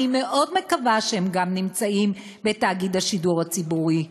מאוד מקווה שהם גם נמצאים בתאגיד השידור הציבורי.